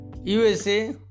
USA